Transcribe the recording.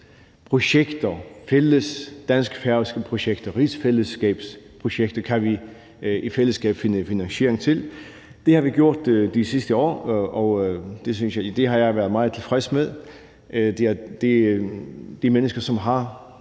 projekter, fælles dansk-færøske projekter, rigsfællesskabsprojekter vi i fællesskab kan finde finansiering til. Det har vi gjort de sidste år, og det har jeg været meget tilfreds med. De mennesker, som har